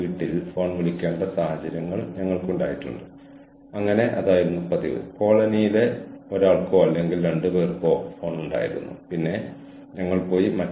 മനുഷ്യവിഭവശേഷി സംവിധാനങ്ങൾ ജീവനക്കാർ എങ്ങനെ കാണുന്നു ജീവനക്കാർ ഈ സംവിധാനങ്ങൾ എങ്ങനെ ഉപയോഗിക്കുന്നു എന്ന് നിർണ്ണയിക്കുന്നതിൽ നിർണായകമാണ്